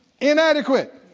inadequate